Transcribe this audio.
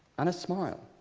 and a smile.